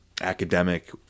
academic